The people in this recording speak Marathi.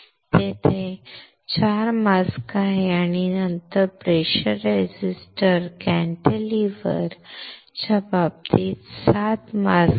तेथे 4 मास्क आहेत आणि नंतर प्रेशर रजिस्टर कॅन्टिलिव्हरच्या बाबतीत 7 मास्क आहेत